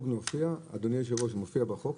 אדוני היושב-ראש, הדירוג מופיע בחוק?